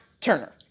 Turner